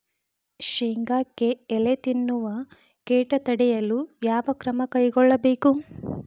ಶೇಂಗಾಕ್ಕೆ ಎಲೆ ತಿನ್ನುವ ಕೇಟ ತಡೆಯಲು ಯಾವ ಕ್ರಮ ಕೈಗೊಳ್ಳಬೇಕು?